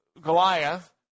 Goliath